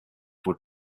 would